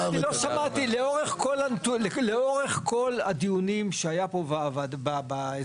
אני לא שמעתי לאורך כל הדיונים שהיו פה בהסדר,